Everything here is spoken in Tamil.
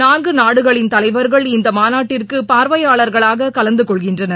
நான்குநாடுகளின் தலைவர்கள் இந்தமாநாட்டிற்குபார்வையாளர்களாககலந்துகொள்கின்றனர்